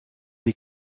des